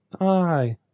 Aye